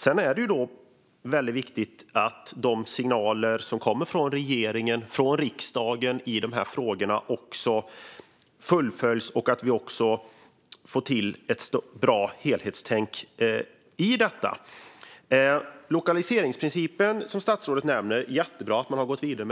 Sedan är det väldigt viktigt att de signaler som kommer från regeringen och från riksdagen i dessa frågor också fullföljs och att vi också får till ett bra helhetstänk i detta. När det gäller lokaliseringsprincipen, som statsrådet nämner, är det jättebra att man har gått vidare.